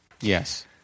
Yes